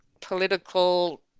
political